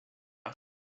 asked